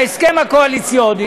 בהסכם הקואליציוני